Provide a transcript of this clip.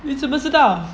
你怎么知道